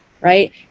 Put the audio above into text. right